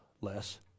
less